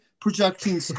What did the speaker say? projecting